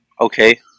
okay